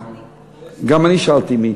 גם אני שאלתי מי.